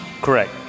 Correct